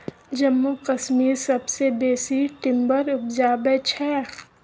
जम्मू कश्मीर सबसँ बेसी टिंबर उपजाबै छै